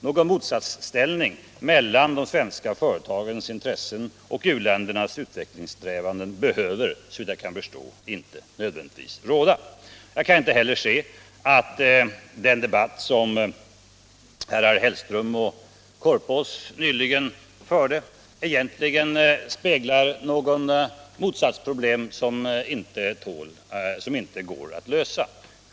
Någon motsatsställning mellan de svenska företagens intressen och u-ländernas utvecklingssträvanden behöver inte råda. Jag kan inte heller se att den debatt som herrar Hellström och Korpås nyligen förde egentligen speglar några motsatsproblem som inte går att lösa.